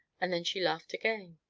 and then she laughed again.